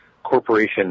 Corporation